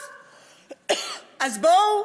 טוב, אז בואו